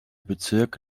bezirk